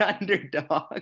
underdog